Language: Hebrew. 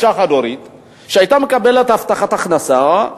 אשה חד-הורית שהיתה מקבלת הבטחת הכנסה,